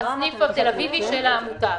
בסניף התל-אביבי של העמותה.